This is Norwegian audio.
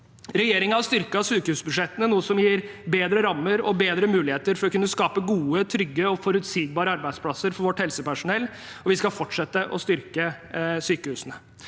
Regjeringen har styrket sykehusbudsjettene, noe som gir bedre rammer og bedre muligheter for å kunne skape gode, trygge og forutsigbare arbeidsplasser for vårt helsepersonell, og vi skal fortsette å styrke sykehusene.